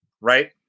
right